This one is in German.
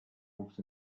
wuchs